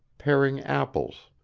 paring apples.